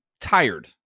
tired